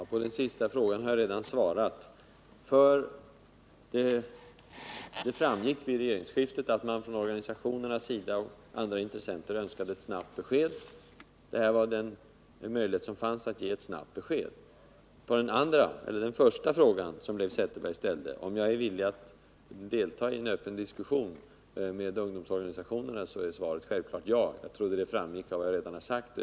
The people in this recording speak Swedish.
Herr talman! Jag har redan svarat på den sista frågan. Det framgick vid regeringsskiftet att organisationerna och andra intressenter önskade ett snabbt besked, och detta var den möjlighet som fanns att ge ett sådant. På den första fråga som Leif Zetterberg ställde i sitt föregående inlägg, om jag är villig att delta i en öppen diskussion med ungdomsorganisationerna, är svaret självfallet ja. Jag trodde att det framgick av det som jag redan sagt.